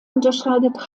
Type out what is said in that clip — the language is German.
unterscheidet